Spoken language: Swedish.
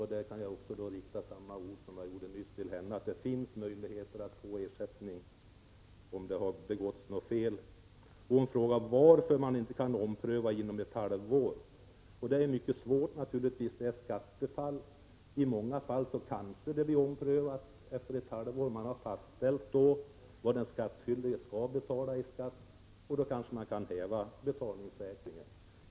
Till henne kan jag rikta samma ord som jag nyss uttalade, att det finns möjlighet att få ersättning om det begåtts något fel. Britta Bjelle frågar varför man inte kan ompröva inom ett halvår. Det är svårt att ompröva i skattefall. I många fall kan det bli omprövning efter ett halvår. Man har då fastställt vad den skattskyldige skall betala i skatt. Då kan man häva betalningssäkringen.